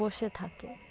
বসে থাকে